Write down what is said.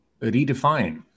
redefine